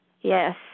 Yes